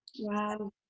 wow